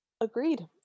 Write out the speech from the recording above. Agreed